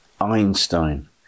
Einstein